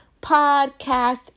podcast